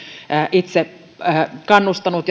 itse siihen kannustanut